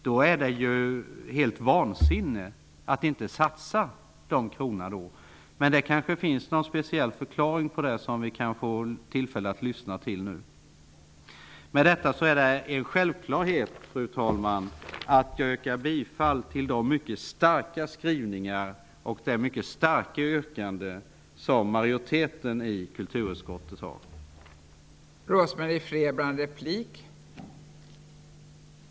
Då är det helt vansinnigt att inte satsa de kronorna. Men det kanske finns någon speciell förklaring som vi kan få tillfälle att lyssna till. Det är en självklarhet för mig att yrka bifall till de mycket starka skrivningarna och det starka yrkandet som majoriteten i kulturutskottet har lagt fram.